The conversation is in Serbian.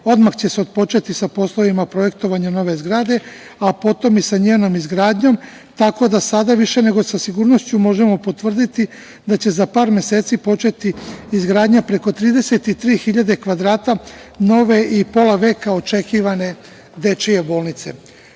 odmah će se otpočeti sa poslovima projektovanja nove zgrade, a potom i sa njenom izgradnjom, tako da sada, više nego sa sigurnošću, možemo potvrditi da će za par meseci početi izgradnja preko 33.000 kvadrata nove i pola veka očekivane dečije